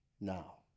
now